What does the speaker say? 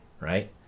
right